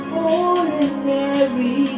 ordinary